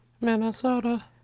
Minnesota